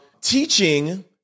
teaching